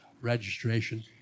registration